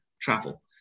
travel